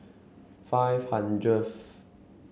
five hundredth